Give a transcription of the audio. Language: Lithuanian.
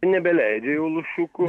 nebeleidžia jau lūšiukų